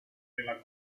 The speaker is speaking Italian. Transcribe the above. nella